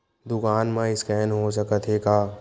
दुकान मा स्कैन हो सकत हे का?